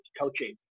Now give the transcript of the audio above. coaching